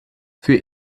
für